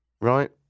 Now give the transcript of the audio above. Right